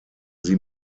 sie